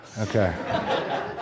Okay